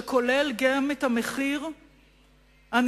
שכולל גם את המחיר הנדרש,